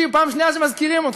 פעם שנייה מזכירים אותך,